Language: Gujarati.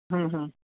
હમ્મ હમ્મ